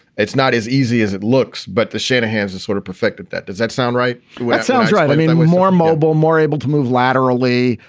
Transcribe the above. it's not as easy as it looks. but the shanahan's is sort of perfected that. does that sound right? that sounds right i mean, and we're more mobile, more able to move laterally,